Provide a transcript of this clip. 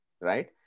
Right